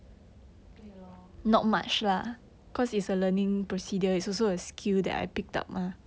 对 lor